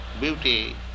beauty